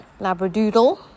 labradoodle